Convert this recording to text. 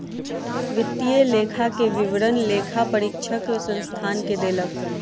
वित्तीय लेखा के विवरण लेखा परीक्षक संस्थान के देलक